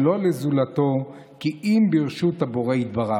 ולא לזולתו כי אם ברשות הבורא יתברך.